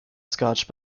scotch